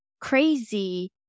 crazy